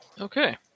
Okay